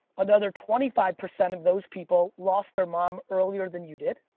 and other twenty five percent of those people lost their mom earlier than you did.